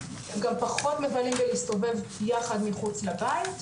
הם גם פחות מבלים בלהסתובב יחד מחוץ לבית,